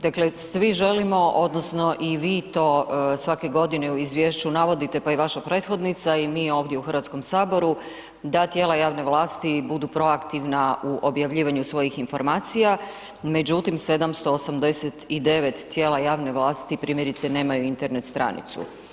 Dakle, svi želimo odnosno i vi to svake godine u izvješću navodite, pa i vaša prethodnica i mi ovdje u Hrvatskom saboru, da tijela javne vlasti budu proaktivna u objavljivanju svojih informacija, međutim 789 tijela javne vlasti primjerice nemaju Internet stranicu.